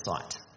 sight